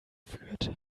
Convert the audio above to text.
führt